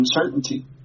uncertainty